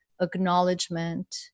acknowledgement